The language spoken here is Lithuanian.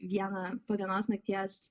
vieną po vienos nakties